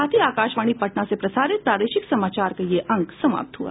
इसके साथ ही आकाशवाणी पटना से प्रसारित प्रादेशिक समाचार का ये अंक समाप्त हुआ